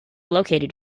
located